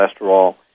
cholesterol